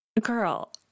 girl